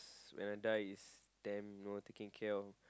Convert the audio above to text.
when I die is them no one taking care of